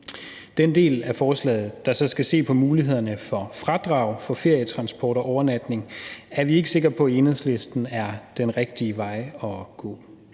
Den del af forslaget, der så skal se på mulighederne for fradrag for ferietransport og overnatning, er vi i Enhedslisten ikke sikre på er den rigtige vej at gå.